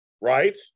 Right